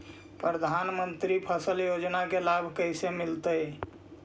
प्रधानमंत्री फसल योजना के लाभ कैसे मिलतै?